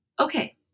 Okay